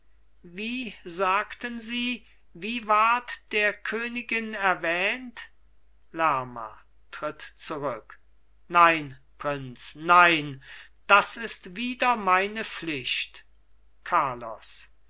wie sagten sie wie ward der königin erwähnt lerma tritt zurück nein prinz nein das ist wider meine pflicht carlos